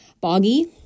boggy